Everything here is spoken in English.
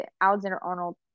Alexander-Arnold